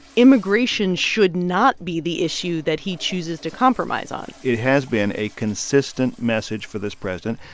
immigration should not be the issue that he chooses to compromise on it has been a consistent message for this president,